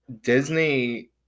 disney